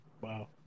Wow